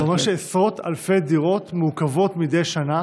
זה אומר שעשרות אלפי דירות מעוכבות מדי שנה